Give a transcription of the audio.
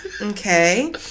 Okay